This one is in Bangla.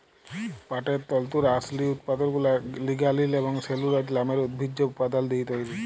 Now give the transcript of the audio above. পাটের তল্তুর আসলি উৎপাদলগুলা লিগালিল এবং সেলুলজ লামের উদ্ভিজ্জ উপাদাল দিঁয়ে তৈরি